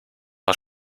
aus